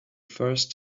first